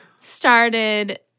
started